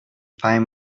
five